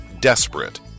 Desperate